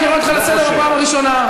אני קורא אותך לסדר פעם ראשונה.